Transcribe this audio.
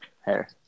Hair